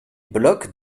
blocs